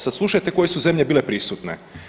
Sada slušajte koje su zemlje bile prisutne.